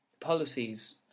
policies